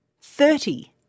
thirty